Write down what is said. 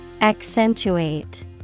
Accentuate